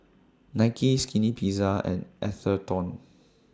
Nike Skinny Pizza and Atherton